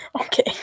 Okay